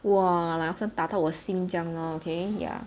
!wah! like 好像打到我的心这样 lor okay ya